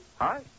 Hi